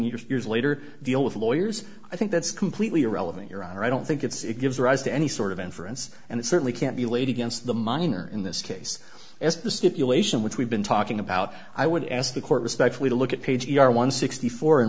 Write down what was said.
years later deal with lawyers i think that's completely irrelevant your honor i don't think it's it gives rise to any sort of inference and it certainly can't be laid against the minor in this case as the stipulation which we've been talking about i would ask the court respectfully to look at page you are one sixty four